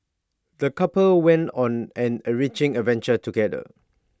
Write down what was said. the couple went on an enriching adventure together